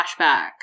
flashback